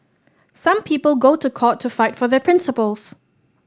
some people go to court to fight for their principles